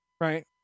Right